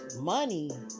money